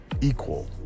equal